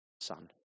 son